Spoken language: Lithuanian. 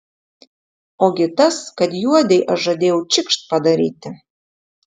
ogi tas kad juodei aš žadėjau čikšt padaryti